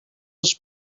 els